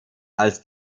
als